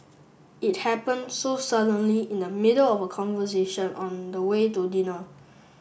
it happened so suddenly in the middle of a conversation on the way to dinner